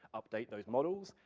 update those models,